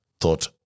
Thought